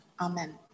Amen